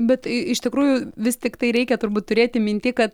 bet i iš tikrųjų vis tiktai reikia turbūt turėti minty kad